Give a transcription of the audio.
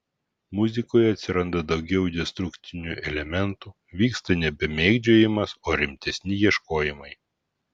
muzikoje atsiranda daugiau destrukcinių elementų vyksta nebe mėgdžiojimas o rimtesni ieškojimai